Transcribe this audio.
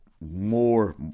More